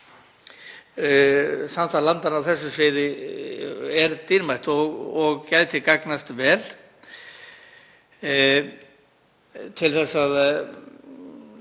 Samstarf landanna á þessu sviði er dýrmætt og gæti gagnast vel